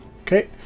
Okay